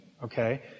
Okay